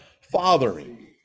Fathering